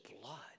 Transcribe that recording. blood